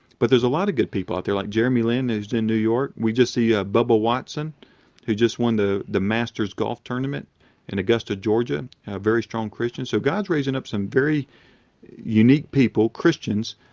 but there's a lot of good people out there like jeremy lin who's in new york. we just see ah bubba watson who just won the the masters golf tournament in augusta, georgia a very strong christian. so god's raising up some very unique people, christians,